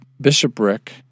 bishopric